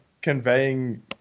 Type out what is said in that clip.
conveying –